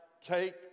take